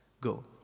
Go